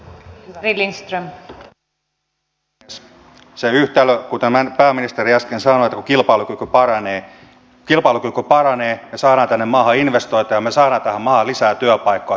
on se yhtälö kuten pääministeri äsken sanoi että kun kilpailukyky paranee me saamme tähän maahan investointeja ja me saamme tähän maahan lisää työpaikkoja sitä kautta